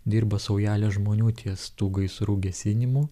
dirba saujelė žmonių ties tų gaisrų gesinimu